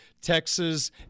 Texas